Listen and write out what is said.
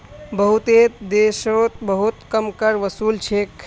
बहुतेते देशोत बहुत कम कर वसूल छेक